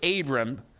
Abram